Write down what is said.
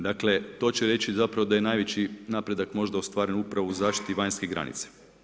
Dakle, to će reći zapravo da je najveći napredak možda ostvaren upravo u zaštiti vanjske granice.